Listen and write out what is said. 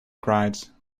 cried